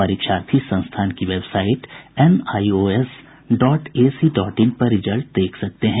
परीक्षार्थी संस्थान की website NIOS dot ac dot in पर रिजल्ट देख सकते हैं